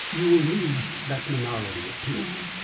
you will need that minority opinion.